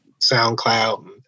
SoundCloud